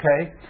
Okay